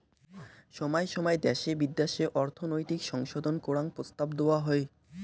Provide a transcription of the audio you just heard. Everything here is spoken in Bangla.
সময় সময় দ্যাশে বিদ্যাশে অর্থনৈতিক সংশোধন করাং প্রস্তাব দেওয়া হই